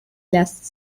last